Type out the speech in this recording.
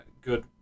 good